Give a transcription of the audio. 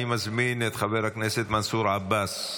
אני מזמין את חבר הכנסת מנסור עבאס,